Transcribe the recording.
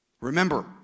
Remember